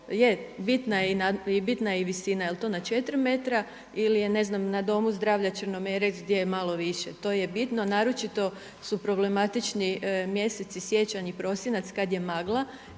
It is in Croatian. je, bitna je i visina jel' to na četiri metra ili je ne znam na domu zdravlja Črnomerec gdje je malo više. To je bitno. Naročito su problematični mjeseci siječanj i prosinac kad je magla